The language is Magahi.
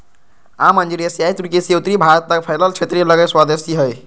आम अंजीर एशियाई तुर्की से उत्तरी भारत तक फैलल क्षेत्र लगी स्वदेशी हइ